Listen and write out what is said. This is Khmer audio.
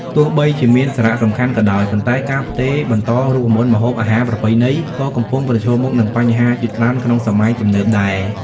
ទោះបីជាមានសារៈសំខាន់ក៏ដោយ ប៉ុន្តែការផ្ទេរបន្តរូបមន្តម្ហូបអាហារប្រពៃណីក៏កំពុងប្រឈមមុខនឹងបញ្ហាជាច្រើនក្នុងសម័យទំនើបដែរ។